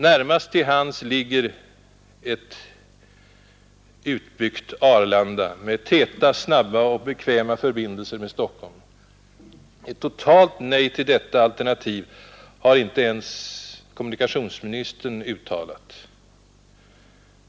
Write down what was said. Närmast till hands ligger ett utbyggt Arlanda, med täta, snabba och bekväma förbindelser med Stockholm. Ett totalt nej till detta alternativ har inte ens kommunikationsministern uttalat.